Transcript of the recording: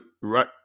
right